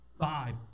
Five